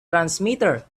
transmitter